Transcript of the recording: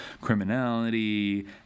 criminality